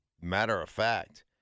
matter-of-fact